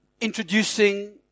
introducing